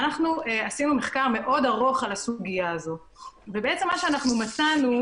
עשינו מחקר מאוד ארוך על הסוגיה ומה שמצאנו,